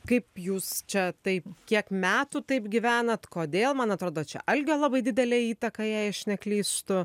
kaip jūs čia taip kiek metų taip gyvenat kodėl man atrodo čia algio labai didelė įtaka jei aš neklystu